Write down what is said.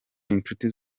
inshuti